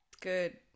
good